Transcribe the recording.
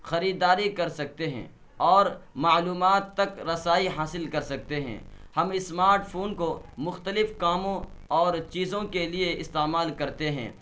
خریداری کر سکتے ہیں اور معلومات تک رسائی حاصل کر سکتے ہیں ہم اسمارٹ فون کو مختلف کاموں اور چیزوں کے لیے استعمال کرتے ہیں